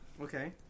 Okay